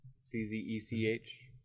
C-Z-E-C-H